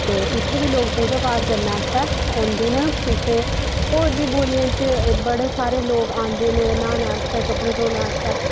ते उत्थै बी लोग पूजा पाठ करने आस्तै औंदे न ते होर बी बौलियें बड़ा सारा लोक औंदे न न्हानै आस्तै ते कपड़े धोने आस्तै